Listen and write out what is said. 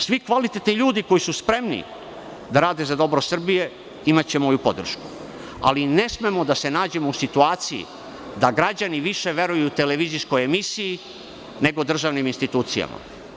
Svi kvalitetni ljudi koji su spremni da rade za dobro Srbije imaće moju podršku, ali ne smemo da se nađemo u situaciji da građani više veruju televizijskoj emisiji, nego državnim institucijama.